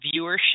viewership